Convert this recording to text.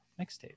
mixtape